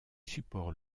supports